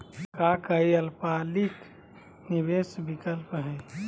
का काई अल्पकालिक निवेस विकल्प हई?